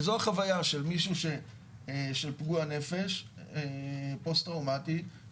וזו החוויה של פגוע נפש, פסוט-טראומטי.